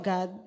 God